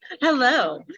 Hello